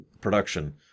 production